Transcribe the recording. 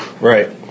Right